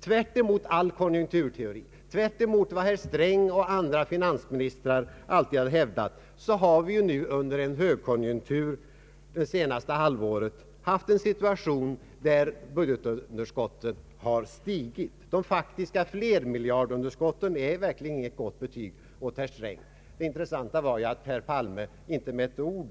Tvärtemot all konjunkturteori, tvärtemot vad herr Sträng och andra finansministrar alltid hävdat har vi ju under en högkonjunktur det senaste halvåret haft en situation där budgetunderskottet har stigit. De faktiska flermiljardunderskotten är verkligen inte något gott betyg åt herr Sträng. Det intressanta var ju att herr Palme inte med ett ord